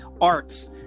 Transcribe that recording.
arcs